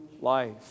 life